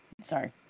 sorry